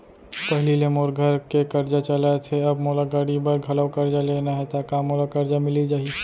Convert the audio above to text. पहिली ले मोर घर के करजा ह चलत हे, अब मोला गाड़ी बर घलव करजा लेना हे ता का मोला करजा मिलिस जाही?